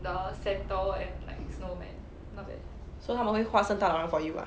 so 他们会画圣诞老人 for you ah